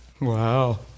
Wow